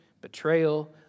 betrayal